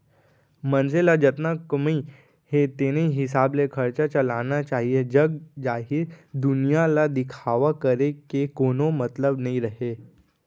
मनसे ल जतना कमई हे तेने हिसाब ले खरचा चलाना चाहीए जग जाहिर दुनिया ल दिखावा करे के कोनो मतलब नइ हे